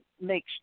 make